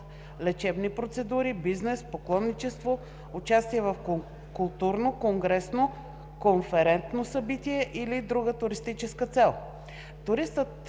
лечебни процедури, бизнес, поклонничество, участие в културно, конгресно, конферентно събитие или друга туристическа цел.